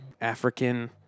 African